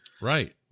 Right